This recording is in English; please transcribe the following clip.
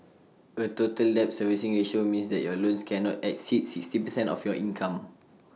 A total debt servicing ratio means that your loans cannot exceed sixty percent of your income